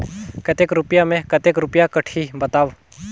कतेक रुपिया मे कतेक रुपिया कटही बताव?